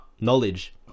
knowledge